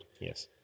Yes